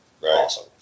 awesome